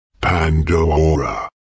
Pandora